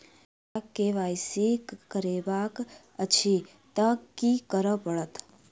हमरा केँ Y C करेवाक अछि तऽ की करऽ पड़तै?